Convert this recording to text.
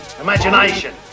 imagination